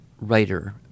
writer